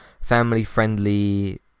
family-friendly